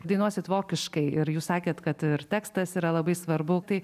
dainuosit vokiškai ir jūs sakėt kad ir tekstas yra labai svarbu tai